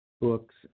books